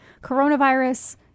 coronavirus